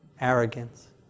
arrogance